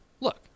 look